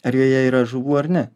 ar joje yra žuvų ar ne